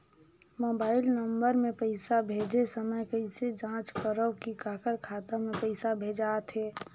Mobile number मे पइसा भेजे समय कइसे जांच करव की काकर खाता मे पइसा भेजात हे?